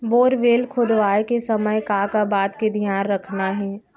Borewell खोदवाए के समय का का बात के धियान रखना हे?